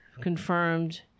confirmed